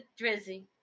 Drizzy